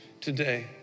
today